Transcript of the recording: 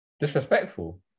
disrespectful